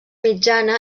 mitjana